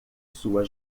sua